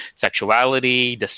sexuality